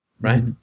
Right